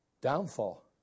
downfall